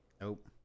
Nope